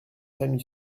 famille